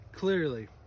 Clearly